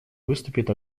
выступит